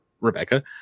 Rebecca